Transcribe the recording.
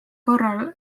korral